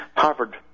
Harvard